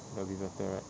that will be better right